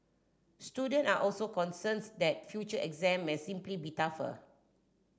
student are also concerns that future exam may simply be tougher